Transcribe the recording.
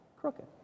crooked